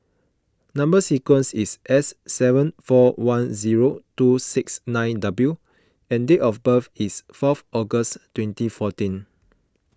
Number Sequence is S seven four one zero two six nine W and date of birth is fourth August twenty fourteen